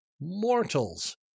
mortals